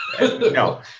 No